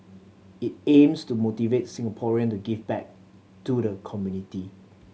it aims to motivate Singaporean to give back to the community